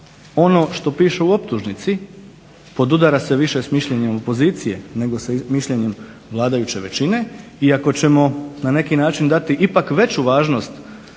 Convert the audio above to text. Ono što piše u optužnici podudara se više s mišljenjem opozicije, nego sa mišljenjem vladajuće većine iako ćemo na neki način dati veću važnost